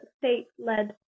state-led